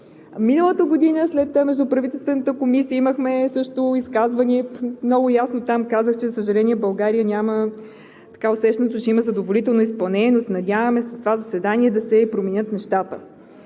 Миналата година след Междуправителствената комисия имахме също изказвания – много ясно казах там, че, за съжаление, България няма усещането, че има задоволително изпълнение, но се надяваме след това заседание да се променят нещата.